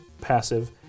passive